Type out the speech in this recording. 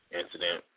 incident